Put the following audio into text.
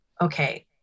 okay